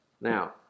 Now